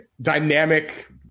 dynamic